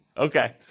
Okay